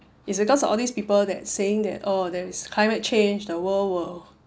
it's because of all these people that saying that oh there is climate change the world will